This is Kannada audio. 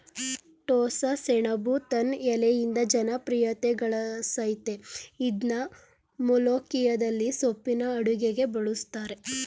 ಟೋಸ್ಸಸೆಣಬು ತನ್ ಎಲೆಯಿಂದ ಜನಪ್ರಿಯತೆಗಳಸಯ್ತೇ ಇದ್ನ ಮೊಲೋಖಿಯದಲ್ಲಿ ಸೊಪ್ಪಿನ ಅಡುಗೆಗೆ ಬಳುಸ್ತರೆ